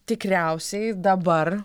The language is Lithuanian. tikriausiai dabar